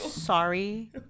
Sorry